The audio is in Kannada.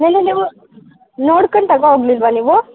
ನೆನ್ನೆ ನೀವು ನೋಡ್ಕೊಂಡು ತಗೋಗ್ಲಿಲ್ಲವಾ ನೀವು